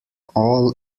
all